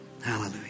Hallelujah